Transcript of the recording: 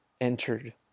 entered